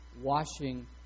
washing